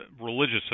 religious